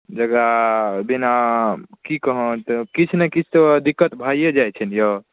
जकरा जेना कि कहू तऽ किछु नहि किछु तऽ दिक्कत भइए जाइ छै ने यौ